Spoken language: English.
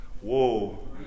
Whoa